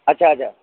अछा अछा